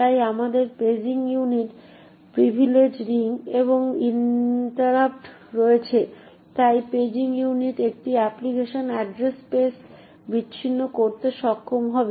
তাই আমাদের paging unit privilege ring এবং ইন্টারাপ্ট রয়েছে তাই পেজিং ইউনিট একটি অ্যাপ্লিকেশন এড্রেস স্পেস বিচ্ছিন্ন করতে সক্ষম হবে